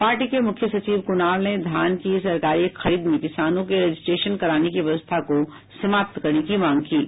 party के राज्य सचिव कुणाल ने धान की सरकारी खरीद में किसानों के रजिस्ट्रेशन कराने की व्यवस्था को समाप्त करने की मांग की है